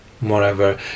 Moreover